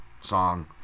Song